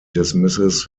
dismisses